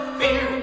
fear